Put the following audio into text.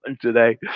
today